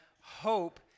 hope